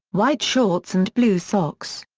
white shorts and blue socks.